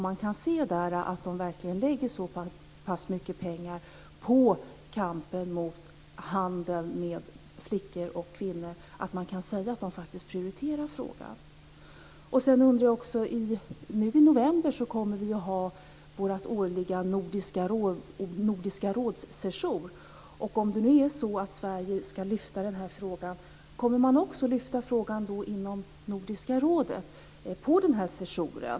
Kan man se att det avsätts så pass mycket pengar på kampen mot handeln med flickor och kvinnor att man kan säga att frågan faktiskt prioriteras? I november kommer vi att ha vår årliga session med Nordiska rådet. Om Sverige nu ska lyfta den här frågan, kommer man att lyfta den också på Nordiska rådets session?